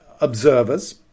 observers